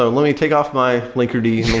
ah let me take off my linkerd yeah